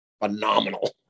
phenomenal